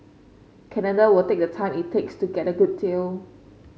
Canada will take the time it takes to get a good deal